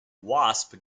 wasp